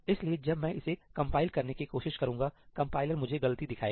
इसलिए जब मैं इसे कंपाइल करने की कोशिश करूंगा कंपाइलर मुझे गलती दिखाएगा